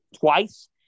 twice